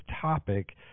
topic